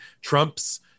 Trumps